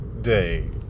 day